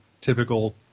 typical